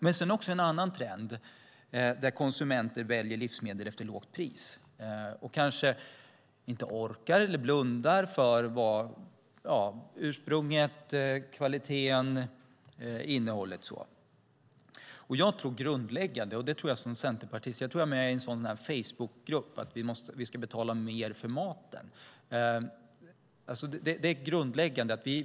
Den andra trenden är att konsumenter väljer livsmedel efter lågt pris och kanske blundar för ursprung, kvalitet och innehåll. Jag är med i en Facebookgrupp som kräver att vi ska betala mer för maten.